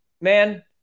man